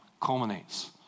culminates